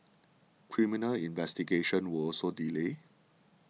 criminal investigations were also delayed